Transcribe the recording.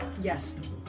Yes